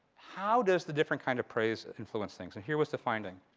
how does the different kind of praise influence things? and here was the finding.